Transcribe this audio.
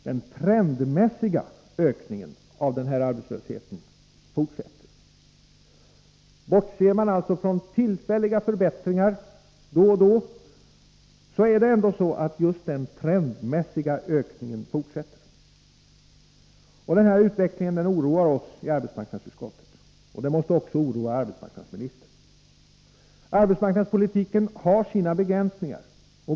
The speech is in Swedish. Den trendmässiga ökningen av denna arbetslöshet fortsätter. Utvecklingen oroar oss i arbetsmarknadsutskottet. Den måste också oroa arbetsmarknadsministern. Arbetsmarknadspolitiken har sina begränsningar.